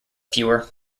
fewer